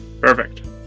Perfect